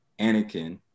Anakin